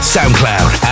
SoundCloud